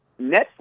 Netflix